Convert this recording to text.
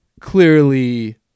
Clearly